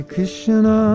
Krishna